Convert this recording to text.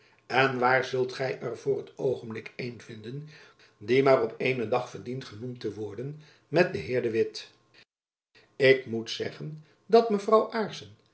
en waar zult gy er voor t oogenblik een vinden die maar op eenen dag verdient genoemd te worden met den heer de witt ik moet zeggen dat mevrouw